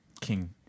king